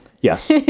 Yes